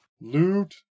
Loot